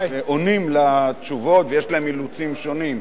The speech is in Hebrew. ועונים תשובות ויש להם אילוצים שונים,